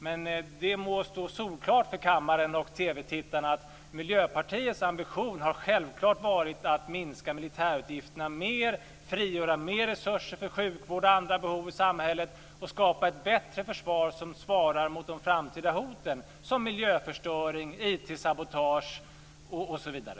Men det må vara solklart för kammaren och TV-tittarna att Miljöpartiets ambition har självklart varit att minska militärutgifterna mer, frigöra mer resurser för sjukvård och andra behov i samhället och skapa ett bättre försvar som svarar mot de framtida hoten, som miljöförstöring, IT-sabotage osv.